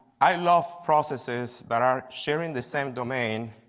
i love processes that are sharing the same domain,